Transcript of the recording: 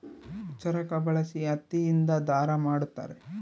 ಚರಕ ಬಳಸಿ ಹತ್ತಿ ಇಂದ ದಾರ ಮಾಡುತ್ತಾರೆ